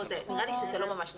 נראה לי שזה לא ממש תרומות.